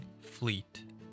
Fleet